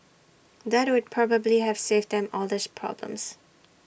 that would probably have saved them all these problems